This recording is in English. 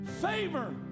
Favor